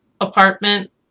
apartment